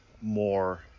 more